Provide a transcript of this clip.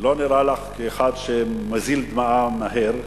לא נראה לך כאחד שמזיל דמעה מהר,